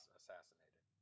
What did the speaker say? assassinated